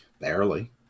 Barely